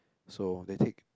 so they take